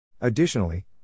Additionally